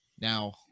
Now